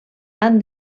han